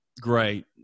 great